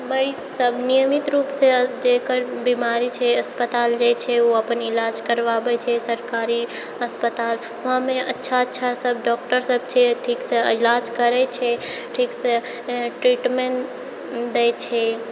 मरीज सब नियमित रूपसँ जकरा बीमारी छै अस्पताल जाइ छै ओ अपन इलाज करबाबै छै सरकारीमे अस्पताल उहाँमे अच्छा अच्छा सब डॉक्टर सब छै ठीकसँ इलाज करै छै ठीकसँ ट्रीटमेन्ट दै छै